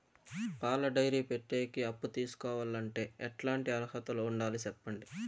పాల డైరీ పెట్టేకి అప్పు తీసుకోవాలంటే ఎట్లాంటి అర్హతలు ఉండాలి సెప్పండి?